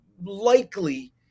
likely